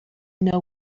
know